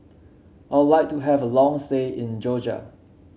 I would like to have a long stay in Georgia